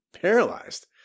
paralyzed